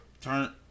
Turn